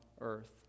earth